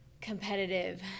competitive